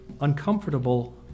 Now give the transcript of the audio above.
uncomfortable